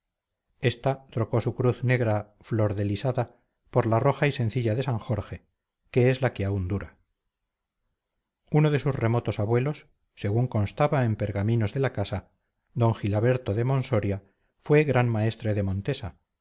esta trocó su cruz negra flordelisada por la roja y sencilla de san jorge que es la que aún dura uno de sus remotos abuelos según constaba en pergaminos de la casa d gilaberto de monsoria fue gran maestre de montesa